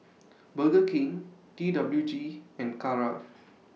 Burger King T W G and Kara